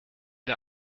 der